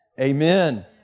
Amen